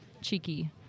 cheeky